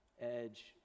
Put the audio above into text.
edge